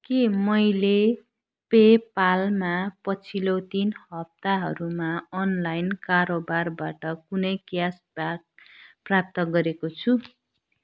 के मैले पेपालमा पछिल्लो तिन हप्ताहरूमा अनलाइन कारोबारबाट कुनै क्यासब्याक प्राप्त गरेको छु